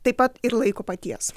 taip pat ir laiko paties